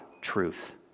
truth